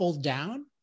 down